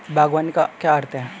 बागवानी का क्या अर्थ है?